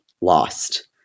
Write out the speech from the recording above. lost